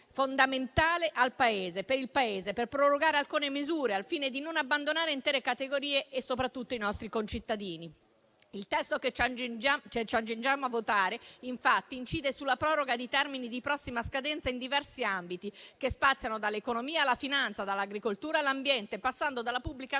fondamentale per il Paese, per prorogare alcune misure al fine di non abbandonare intere categorie e soprattutto i nostri concittadini. Il testo che ci accingiamo a votare, infatti, incide sulla proroga di termini di prossima scadenza in diversi ambiti, che spaziano dall'economia alla finanza, dall'agricoltura all'ambiente, passando dalla pubblica amministrazione